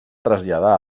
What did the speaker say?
traslladar